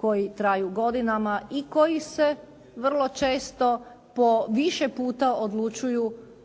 koji traju godinama i koji se vrlo često po više puta odlučuju